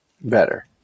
better